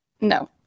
no